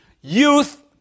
youth